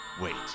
Wait